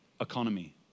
economy